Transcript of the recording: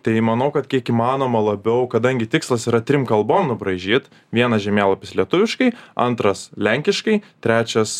tai manau kad kiek įmanoma labiau kadangi tikslas yra trim kalbom nubraižyt vienas žemėlapis lietuviškai antras lenkiškai trečias